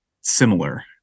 similar